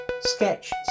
Sketch